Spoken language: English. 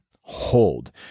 hold